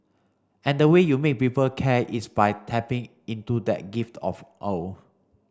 and the way you make people care is by tapping into that gift of awe